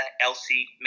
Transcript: Elsie